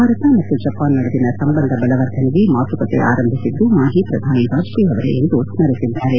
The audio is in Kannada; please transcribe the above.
ಭಾರತ ಮತ್ತು ಜಪಾನ್ ನಡುವಿನ ಸಂಬಂಧ ಬಲವರ್ಧನೆಗೆ ಮಾತುಕತೆ ಆರಂಭಿಸಿದ್ದು ಮಾಜಿ ಪ್ರಧಾನಿ ವಾಜಷೇಯಿ ಅವರು ಎಂದು ಸ್ಮರಿಸಿದ್ದಾರೆ